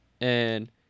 and-